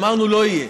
אמרנו: לא יהיה.